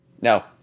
No